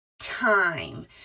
time